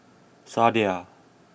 Sadia